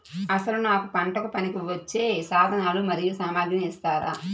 అసలు నాకు పంటకు పనికివచ్చే సాధనాలు మరియు సామగ్రిని ఇస్తారా?